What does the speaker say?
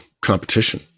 competition